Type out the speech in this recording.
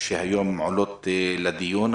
שהיום עולות לדיון,